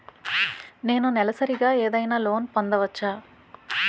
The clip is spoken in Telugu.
నేను నెలసరిగా ఏదైనా లోన్ పొందవచ్చా?